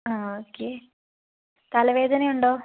അതെ ഓക്കെ തലവേദന ഉണ്ടോ